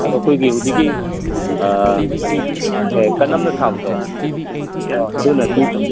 ꯑꯗꯨ ꯑꯩꯈꯣꯏ ꯍꯧꯖꯤꯛꯀꯤ ꯀꯔꯤ ꯀꯅꯝꯅ ꯁꯥꯕꯗꯣ ꯑꯧ ꯑꯗꯨꯅꯗꯤ